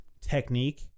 technique